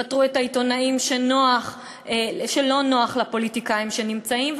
יפטרו את העיתונאים שלא נוח לפוליטיקאים שהם נמצאים,